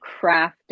crafted